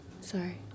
Sorry